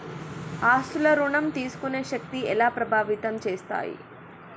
ఆస్తుల ఋణం తీసుకునే శక్తి ఎలా ప్రభావితం చేస్తాయి?